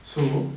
so